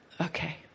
okay